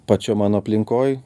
pačio mano aplinkoj